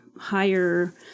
higher